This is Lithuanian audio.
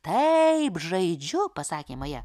taip žaidžiu pasakė maja